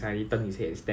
then my friend like